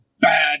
bad